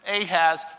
Ahaz